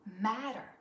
matter